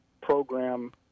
program